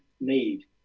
need